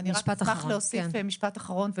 משפט אחרון.